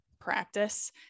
practice